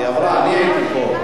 היא עברה, אני הייתי פה.